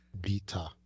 beta